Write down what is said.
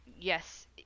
yes